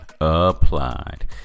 applied